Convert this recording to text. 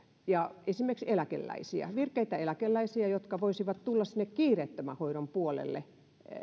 esimerkiksi eläkeläisiä virkeitä eläkeläisiä jotka voisivat tulla sinne kiireettömän hoidon puolelle